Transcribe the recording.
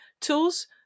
tools